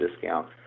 discount